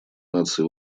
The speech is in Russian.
наций